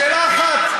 שאלה אחת.